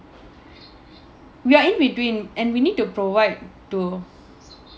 we are in between and we need to provide to